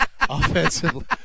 Offensively